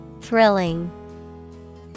Thrilling